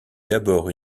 d’abord